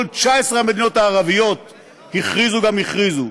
כל 19 המדינות הערביות הכריזו גם הכריזו.